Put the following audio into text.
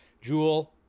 Jewel